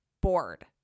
bored